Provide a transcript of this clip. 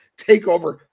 takeover